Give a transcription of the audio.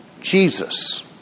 Jesus